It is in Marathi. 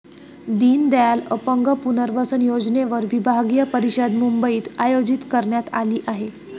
दीनदयाल अपंग पुनर्वसन योजनेवर विभागीय परिषद मुंबईत आयोजित करण्यात आली आहे